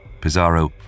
Pizarro